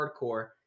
Hardcore